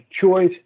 choice